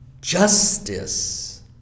justice